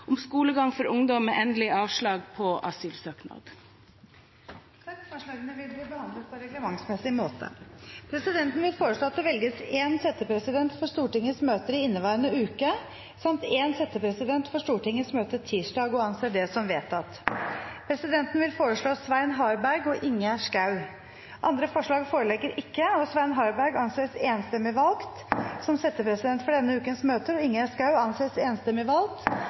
om skolegang for ungdom med endelig avslag på asylsøknad. Forslagene vil bli behandlet på reglementsmessig måte. Presidenten vil foreslå at det velges én settepresident for Stortingets møter i inneværende uke samt én settepresident for Stortingets møte tirsdag – og anser det som vedtatt. Presidenten vil foreslå Svein Harberg og Ingjerd Schou. – Andre forslag foreligger ikke, og Svein Harberg anses enstemmig valgt som settepresident for denne ukens møter, og Ingjerd Schou anses enstemmig valgt